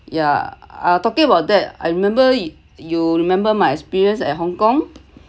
yeah uh talking about that I remember you remember my experience at hong kong